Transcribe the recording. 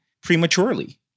prematurely